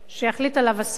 שיחליט עליו השר,